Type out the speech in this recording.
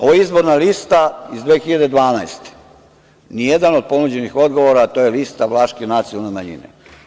Ovo je izborna lista iz 2012. godine, nijedan od ponuđenih odgovora, to je lista vlaške nacionalne manjine.